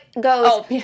goes